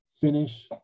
finish